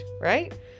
right